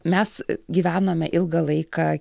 mes gyvenome ilgą laiką